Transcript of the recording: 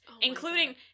Including